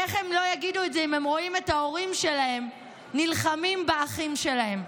איך הם לא יגידו את זה אם רואים את ההורים שלהם נלחמים באחים שלהם?